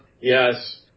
Yes